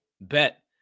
bet